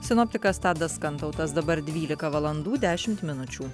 sinoptikas tadas kantautas dabar dvylika valandų dešimt minučių